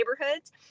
neighborhoods